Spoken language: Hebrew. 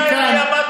אדוני היושב-ראש,